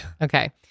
okay